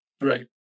Right